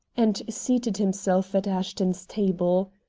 and seated himself at ashton's table.